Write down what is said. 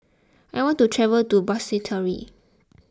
I want to travel to Basseterre